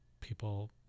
People